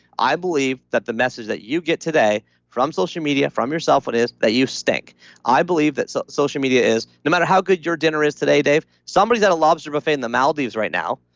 i believe that the message that you get today from social media, from yourself but is that you stink i believe that so social media is no matter how good your dinner is today, dave, somebody's got a lobster buffet in the maldives right now,